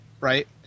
right